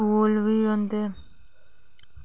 school बी होंदे